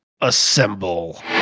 assemble